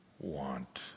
want